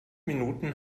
minuten